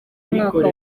mwaka